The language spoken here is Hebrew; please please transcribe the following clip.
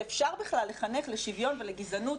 שאפשר בכלל לחנך לשוויון ולגזענות,